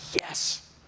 yes